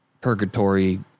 purgatory